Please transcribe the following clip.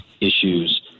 issues